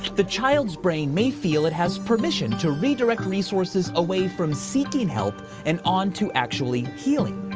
the child's brain may feel it has permission to redirect resources away from seeking help, and on to actually healing.